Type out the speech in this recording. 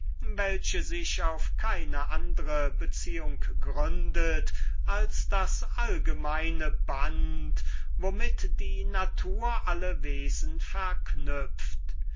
welche sich auf keine andre beziehung gründet als das allgemeine band womit die natur alle wesen verknüpft